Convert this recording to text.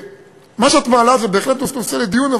מה שאת מעלה זה בהחלט נושא לדיון,